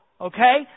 Okay